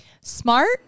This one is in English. smart